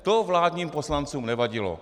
To vládním poslancům nevadilo.